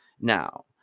now